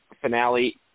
finale